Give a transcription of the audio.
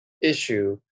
issue